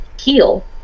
heal